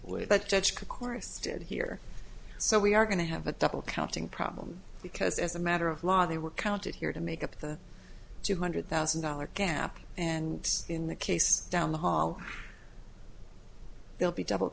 it here so we are going to have a double counting problem because as a matter of law they were counted here to make up the two hundred thousand dollars gap and in the case down the hall they'll be double